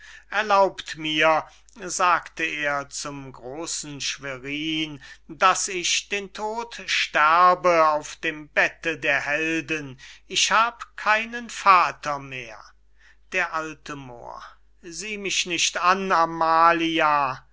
erlaubt mir sagte er zum grosen schwerin daß ich den tod sterbe auf dem bette der helden ich hab keinen vater mehr d a moor sieh mich nicht an amalia